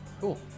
Cool